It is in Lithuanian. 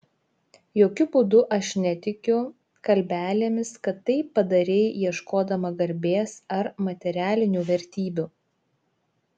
jokiu būdu aš netikiu kalbelėmis kad tai padarei ieškodama garbės ar materialinių vertybių